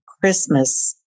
Christmas